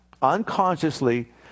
unconsciously